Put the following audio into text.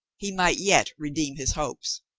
he might yet re deem his hopes.